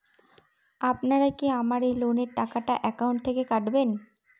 আপনারা কি আমার এই লোনের টাকাটা একাউন্ট থেকে কাটবেন?